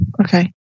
okay